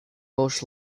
welsh